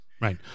Right